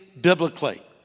biblically